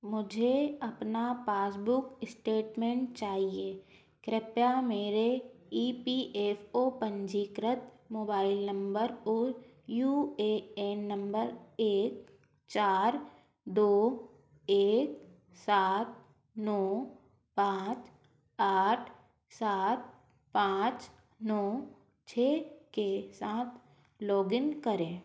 मुझे अपना passbook statement चाहिए कृपया मेरे ई पी एफ़ ओ पंजीकृत मोबाइल नंबर और यू ए एन नंबर एक चार दो एक सात नौ पाँच आठ सात पाँच नौ छः के साथ लोग इन करें